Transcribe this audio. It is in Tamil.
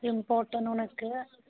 எங்கள் ஒன்று இருக்குது